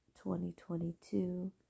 2022